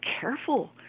careful